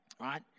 right